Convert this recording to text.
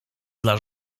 dla